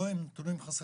לא עם נתונים חסרים.